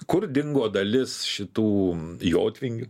kur dingo dalis šitų jotvingių